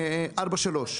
ארבע-שלוש.